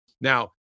now